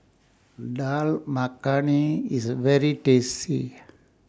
Dal Makhani IS very tasty